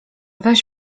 weź